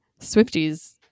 Swifties